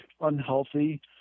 unhealthy